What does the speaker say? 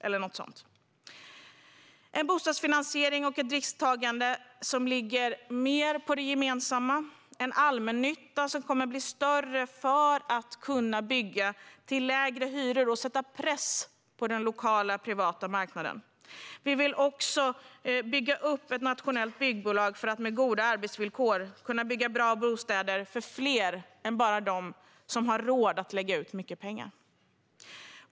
Vi vill se en bostadsfinansiering och ett risktagande som ligger mer på det gemensamma och en allmännytta som ska bli större för att kunna bygga till lägre hyror och sätta press på den lokala, privata marknaden. Vi vill också skapa ett nationellt byggbolag för att med goda arbetsvillkor bygga bra bostäder för fler än bara de som har råd att lägga ut mycket pengar.